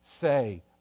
say